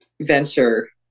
Venture